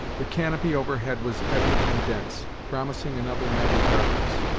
the canopy overhead was heavy and dense, promising another night of darkness,